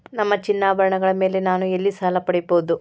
ನನ್ನ ಚಿನ್ನಾಭರಣಗಳ ಮೇಲೆ ನಾನು ಎಲ್ಲಿ ಸಾಲ ಪಡೆಯಬಹುದು?